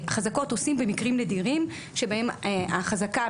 חזקות עושים במקרים נדירים שבהם החזקה,